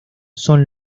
son